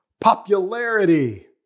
popularity